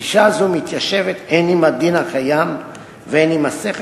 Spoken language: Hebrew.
גישה זו מתיישבת הן עם הדין הקיים והן עם השכל